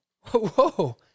whoa